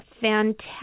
fantastic